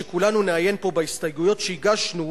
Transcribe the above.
שכולנו נעיין פה בהסתייגויות שהגשנו.